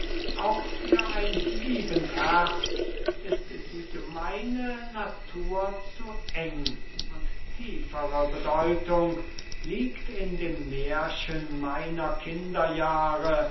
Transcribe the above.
auch für ein liebend herz ist die gemeine natur zu eng und tiefere bedeutung liegt in dem märchen meiner